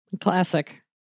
Classic